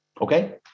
Okay